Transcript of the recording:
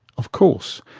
of course,